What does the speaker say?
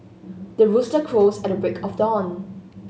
the rooster crows at the break of dawn